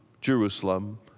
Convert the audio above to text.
Jerusalem